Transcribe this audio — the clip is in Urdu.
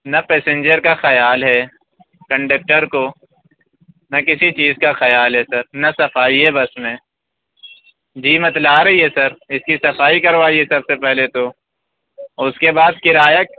نہ پیسنجر کا خیال ہے کںڈیکٹر کو نہ کسی چیز کا خیال ہے سر نہ صفائی ہے بس میں جی بتلا رہی ہے سر اِس كی صفائی كروائیے سب سے پہلے تو اور اُس كے بعد كرایہ